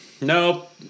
Nope